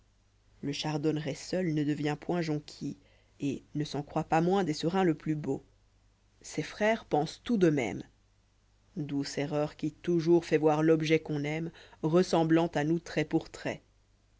le chardonneret seul ne devient point jonquille ht ne s'en croit pas moins des serins le plus beau ses frères pensent tout de même douce erreur qui toujours fait voir l'objet qu'on aime ressemblant à nous